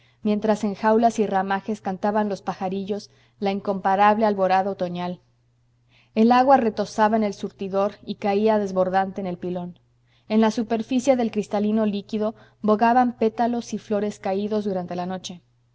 mientras en jaulas y ramajes cantaban los pajarillos la incomparable alborada otoñal el agua retozaba en el surtidor y caía desbordante en el pilón en la superficie del cristalino líquido bogaban pétalos y flores caídos durante la noche